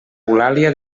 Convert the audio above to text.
eulàlia